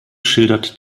schildert